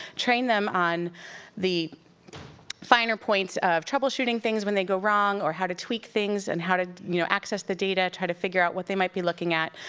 train them on the finer points of troubleshooting things when they go wrong, or how to tweak things, and how to you know access the data, try to figure out what they might be looking at,